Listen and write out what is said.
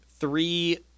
Three